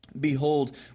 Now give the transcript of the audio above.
Behold